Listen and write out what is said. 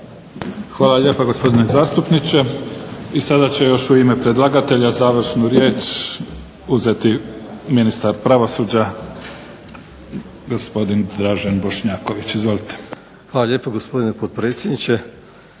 Hvala lijepo gospodine zastupniče. I sada će još u ime predlagatelja završnu riječ uzeti ministar pravosuđa gospodin Dražen Bošnjaković. Izvolite. **Bošnjaković, Dražen